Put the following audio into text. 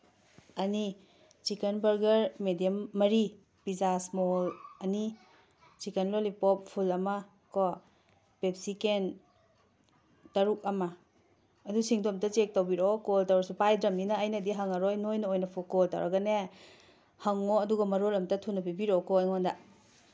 ꯑꯅꯤ chicken burger medium ꯃꯔꯤ pizzas small ꯑꯅꯤ ꯆꯤꯛꯀꯟ ꯂꯣꯂꯤꯄꯣꯞ ꯐꯨꯜ ꯑꯃ ꯀꯣ ꯄꯦꯞꯁꯤ ꯀꯦꯟ ꯇꯔꯨꯛ ꯑꯃ ꯑꯗꯨꯁꯤꯡꯗꯣ ꯑꯃꯨꯛꯇ ꯆꯦꯛ ꯇꯧꯕꯤꯔꯛꯑꯣ ꯀꯣꯜ ꯇꯧꯔꯁꯨ ꯄꯥꯏꯗ꯭ꯔꯕꯅꯤꯅ ꯑꯩꯅꯗꯤ ꯍꯪꯉꯔꯣꯏ ꯅꯣꯏꯅ ꯑꯣꯏꯅ ꯀꯣꯜ ꯇꯧꯔꯒꯅꯦ ꯍꯪꯉꯣ ꯑꯗꯨꯒ ꯃꯔꯣꯜ ꯑꯝꯇ ꯊꯨꯅ ꯄꯤꯕꯤꯔꯛꯑꯣꯀꯣ ꯑꯩꯉꯣꯟꯗ